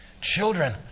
Children